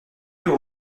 nous